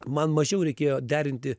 man mažiau reikėjo derinti